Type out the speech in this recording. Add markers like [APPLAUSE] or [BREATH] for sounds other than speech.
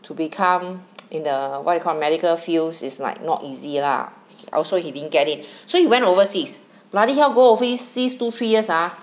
to become [NOISE] in the what you call medical fields is like not easy lah also he didn't get it [BREATH] so he went overseas bloody hell go overseas two three years ah